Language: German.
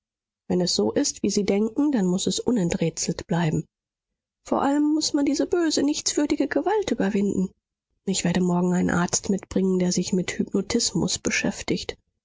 wenn es so ist wie sie denken dann muß es unenträtselt bleiben vor allem muß man diese böse nichtswürdige gewalt überwinden ich werde morgen einen arzt mitbringen der sich mit hypnotismus beschäftigt